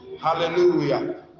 Hallelujah